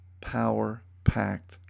power-packed